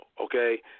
okay